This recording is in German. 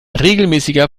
regelmäßiger